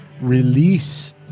release